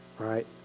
right